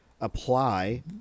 apply